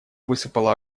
высыпала